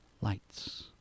lights